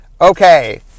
Okay